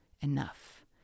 Enough